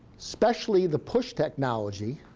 especially the push technology